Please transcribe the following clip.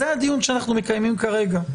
זה הדיון שאנחנו מקיימים כרגע.